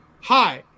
Hi